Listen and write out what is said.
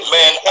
Man